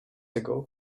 ago